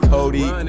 Cody